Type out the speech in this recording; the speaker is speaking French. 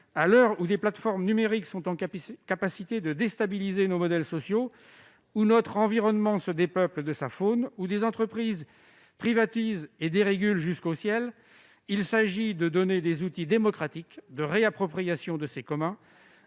nier, où des plateformes numériques sont capables de déstabiliser nos modèles sociaux, où notre environnement se dépeuple de sa faune, où des entreprises privatisent et dérégulent jusqu'au ciel, il s'agit de donner des outils démocratiques de réappropriation de ces communs